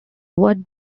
what